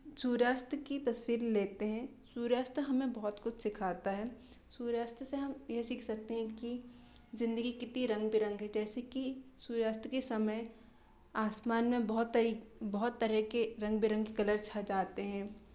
सूर्यास्त की तस्वीर लेते हैं सूर्यास्त हमें बहुत कुछ सिखाता है सूर्यास्त से हम ये सीख सकते हैं कि जिंदगी कितनी रंग बिरंगी जैसे कि सूर्यास्त के समय आसमान में बहुत तरीख बहुत तरह के रंग बिरंगे कलर्स छा जाते हैं